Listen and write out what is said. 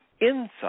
inside